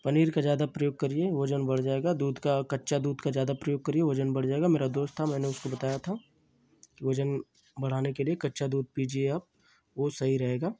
पनीर का ज़्यादा प्रयोग करिए वज़न बढ़ जाएगा दूध का कच्चा दूध का ज़्यादा प्रयोग करिए वज़न बढ़ जाएगा मेरा एक दोस्त था मैंने उसको बताया था वज़न बढ़ाने के लिए कच्चा दूध पीजिए आप वह सही रहेगा